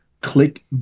click